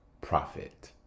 profit